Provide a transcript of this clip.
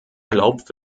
erlaubt